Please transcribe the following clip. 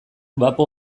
bapo